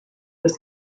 was